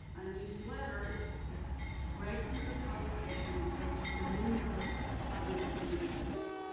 a newsletter is a regular publication that goes to members of an organization.